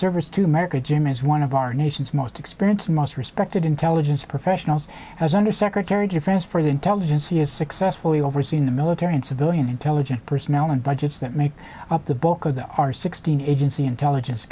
service to america jim is one of our nation's most experienced most respected intelligence professionals as undersecretary of defense for the intelligence he has successfully overseen the military and civilian intelligence personnel and budgets that make up the bulk of them are sixteen agency intelligence